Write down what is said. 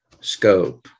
scope